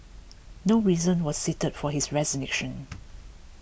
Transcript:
no reason was cited for his resignation